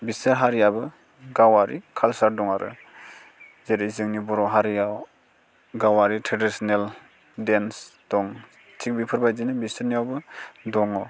बिसोर हारिआबो गावआरि कालसार दङ आरो जेरै जोंनि बर' हारिआव गावआरि ट्रेडिसिनेल डेन्स दं थिक बेफोरबायदिनो बिसोरनियावबो दङ